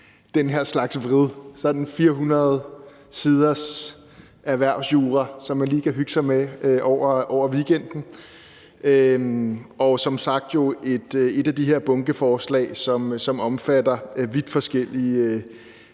den her slags vred : sådan 400 siders erhvervsjura, som man lige kan hygge sig med over weekenden, og som sagt er det jo et af de her bunkeforslag, som omfatter vidt forskellige